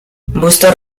busto